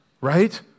right